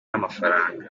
n’amafaranga